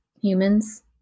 humans